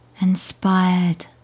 inspired